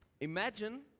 Imagine